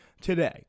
today